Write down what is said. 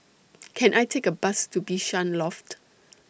Can I Take A Bus to Bishan Loft